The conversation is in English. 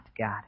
God